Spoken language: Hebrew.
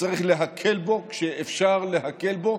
וצריך להקל בו כשאפשר להקל בו,